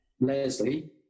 leslie